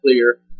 clear